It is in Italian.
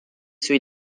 sui